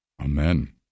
Amen